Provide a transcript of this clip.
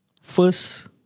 first